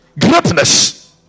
Greatness